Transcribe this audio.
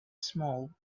small